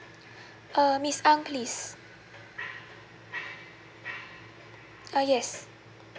uh miss ang please uh yes